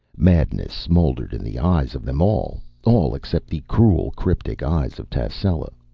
madness smoldered in the eyes of them all all except the cruel, cryptic eyes of tascela,